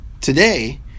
Today